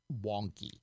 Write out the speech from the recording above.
wonky